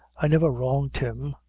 i never wronged him.